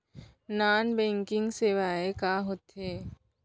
Non banking सेवाएं का होथे?